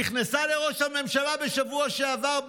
נכנסה לראש הממשלה בשבוע שעבר,